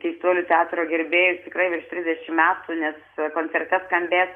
keistuolių teatro gerbėjus tikrai virš trisdešim metų nes koncerte skambės